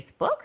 Facebook